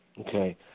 Okay